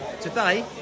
Today